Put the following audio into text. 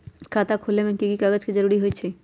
खाता खोले में कि की कागज के जरूरी होई छइ?